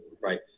right